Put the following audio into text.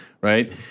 right